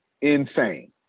insane